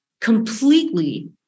completely